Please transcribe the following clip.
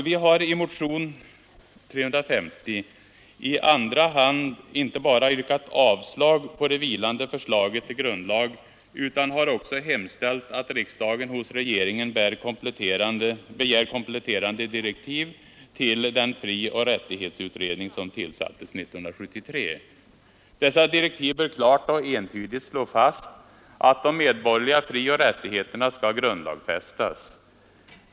Vi har i motionen 350 i andra hand inte bara yrkat avslag på det vilande förslaget till grundlag utan också hemställt att riksdagen hos regeringen begär kompletterande direktiv till den frioch rättighetsutredning som tillsattes 1973. Dessa direktiv bör klart och entydigt slå fast att de medborgerliga frioch rättigheterna skall grundlagsfästas.